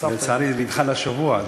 ולצערי זה נדחה לשבוע הזה,